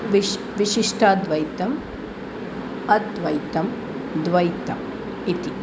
विशिष्टाद्वैतं अद्वैतं द्वैतं इति